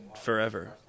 forever